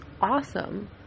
awesome